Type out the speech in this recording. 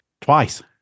twice